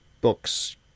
books